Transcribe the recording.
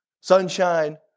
sunshine